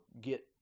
get